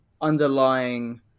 underlying